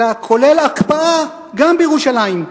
אלא כולל הקפאה גם בירושלים,